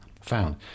found